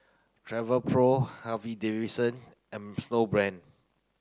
Travelpro Harley Davidson and Snowbrand